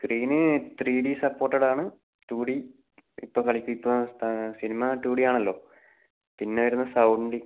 screen three D സപ്പോർട്ടഡാണ് two D ഇപ്പോൾ cinema റ്റുഡിയാണലോ പിന്നെ വരുന്നത് സൗണ്ടിങ്